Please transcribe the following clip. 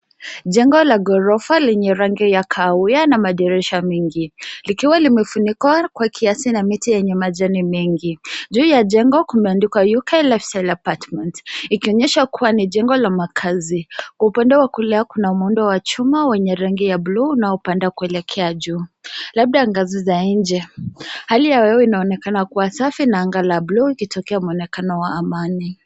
Jengo la ghorofa lenye rangi ya kahawia na madirisha mengi, likiwa limefunikwa kwa kiasi na miti yenye majani mengi. Juu ya jengo kumeandikwa UK Lifestyle apartments ikionyesha kuwa ni jengo la makazi. Kwa upande wa kulia kuna muundo wa chuma wenye rangi ya bluu unaopanda kuelekea juu, labda ngazi za nje. Hali ya hewa inaonekana kuwa safi na anga la bluu ikitokea muonekano wa amani.